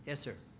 ah sir.